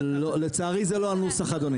לצערי זה לא הנוסח אדוני.